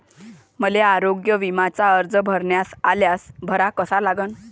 मले आरोग्य बिम्याचा अर्ज भराचा असल्यास कसा भरा लागन?